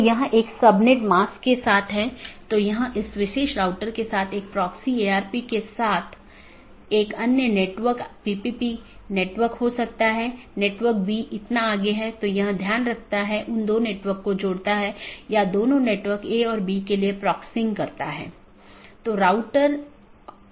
जब भी सहकर्मियों के बीच किसी विशेष समय अवधि के भीतर मेसेज प्राप्त नहीं होता है तो यह सोचता है कि सहकर्मी BGP डिवाइस जवाब नहीं दे रहा है और यह एक त्रुटि सूचना है या एक त्रुटि वाली स्थिति उत्पन्न होती है और यह सूचना सबको भेजी जाती है